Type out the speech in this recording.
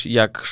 jak